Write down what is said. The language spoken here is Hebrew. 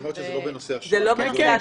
זה לא בנושא אשראי.